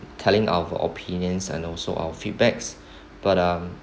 telling our opinions and also our feedback but um